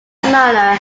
manner